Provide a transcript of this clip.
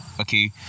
okay